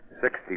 Sixty